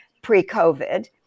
pre-COVID